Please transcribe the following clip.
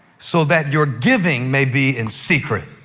so that your giving may be in secret.